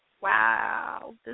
Wow